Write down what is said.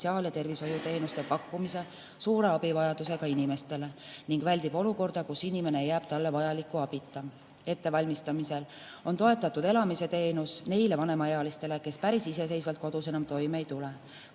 sotsiaal- ja tervishoiuteenuste pakkumise suure abivajadusega inimestele ning väldib olukorda, kus inimene jääb talle vajaliku abita. Ettevalmistamisel on toetatud elamise teenus neile vanemaealistele, kes päris iseseisvalt kodus enam toime ei tule,